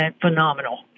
Phenomenal